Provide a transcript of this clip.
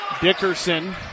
Dickerson